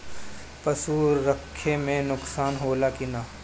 पशु रखे मे नुकसान होला कि न?